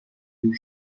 diu